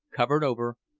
covered over,